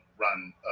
run